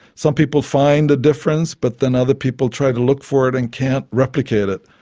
some people find a difference but then other people try to look for it and can't replicate it.